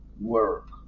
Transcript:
work